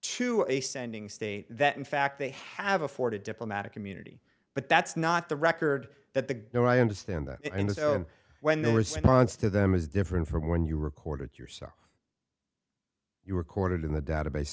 to a standing state that in fact they have afforded diplomatic immunity but that's not the record that the no i understand that and so when the response to them is different from when you recorded yourself you recorded in the database